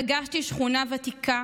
פגשתי שכונה ותיקה,